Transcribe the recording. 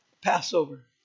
Passover